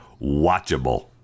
watchable